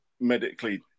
medically